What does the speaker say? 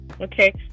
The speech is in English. okay